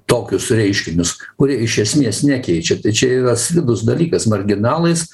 tokius reiškinius kurie iš esmės nekeičia čia yra slidus dalykas marginalais